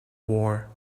war